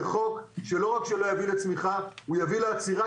זה חוק שלא רק שלא יביא לצמחיה, הוא יביא לעצירה.